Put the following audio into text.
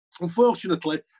Unfortunately